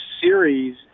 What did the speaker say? series